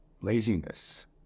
laziness